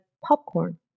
popcorn